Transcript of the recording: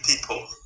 people